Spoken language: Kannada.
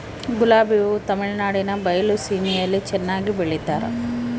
ಗುಲಾಬಿ ಹೂ ತಮಿಳುನಾಡಿನ ಬಯಲು ಸೀಮೆಯಲ್ಲಿ ಚೆನ್ನಾಗಿ ಬೆಳಿತಾರ